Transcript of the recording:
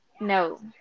No